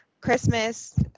Christmas